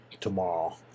tomorrow